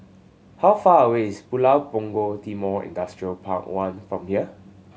how far away is Pulau Punggol Timor Industrial Park One from here